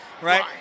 Right